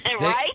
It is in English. Right